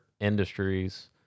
industries